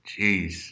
Jeez